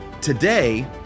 today